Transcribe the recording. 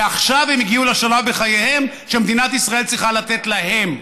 ועכשיו הם הגיעו לשלב בחייהם שמדינת ישראל צריכה לתת להם.